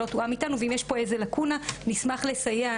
הנוהל לא תואם איתנו ואם יש פה איזו לקונה נשמח לסייע,